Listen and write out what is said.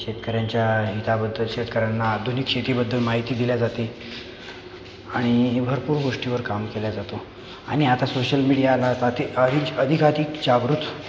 शेतकऱ्यांच्या हिताबद्दल शेतकऱ्यांना आधुनिक शेतीबद्दल माहिती दिली जाते आणि भरपूर गोष्टीवर काम केले जाते आणि आता सोशल मीडियाला अधिक अधिक अधिकाधिक जागृत